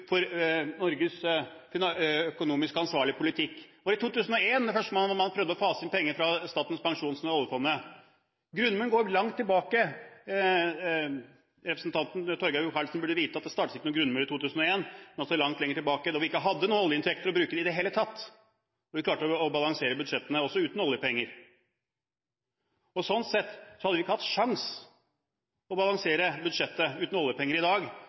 for Norges økonomisk ansvarlige politikk da man prøvde å fase inn penger fra oljefondet. Grunnmuren går langt tilbake. Representanten Torgeir Micaelsen burde vite at grunnmuren ble ikke lagt i 2001, men mye lenger tilbake, da vi ikke hadde noen oljeinntekter å bruke i det hele tatt – og vi klarte å balansere budsjettene også uten oljepenger. Vi hadde ikke hatt sjanse til å balansere budsjettet i dag uten oljepenger. Vi hadde sånn sett vært i